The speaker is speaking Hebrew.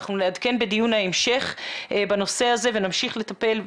אנחנו נעדכן בדיון ההמשך בנושא הזה ונמשיך לטפל.